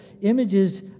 images